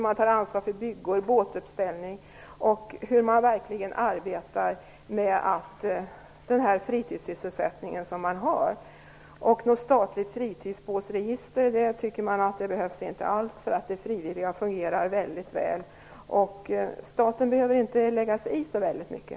Man tar ansvar för bryggor och båtuppställning, och man arbetar verkligen med sin fritidssysselsättning. Man tycker inte att det behövs något statligt båtregister, eftersom det frivilliga fungerar väldigt väl. Staten behöver inte lägga sig i så mycket.